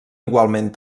igualment